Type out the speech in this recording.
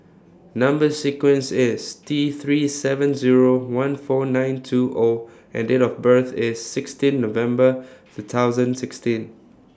Number sequence IS T three seven Zero one four nine two O and Date of birth IS sixteen November two thousand sixteen